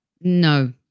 No